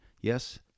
Yes